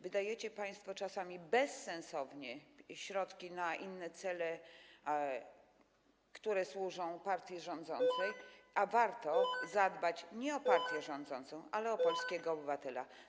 Wydajecie państwo czasami bezsensownie środki na inne cele, które służą partii rządzącej, a warto zadbać nie o partię rządzącą, ale o polskiego obywatela.